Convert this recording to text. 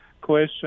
question